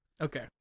okay